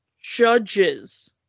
judges